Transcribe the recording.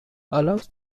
allows